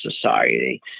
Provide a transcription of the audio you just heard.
Society